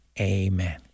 amen